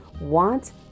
Want